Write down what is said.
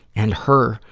and her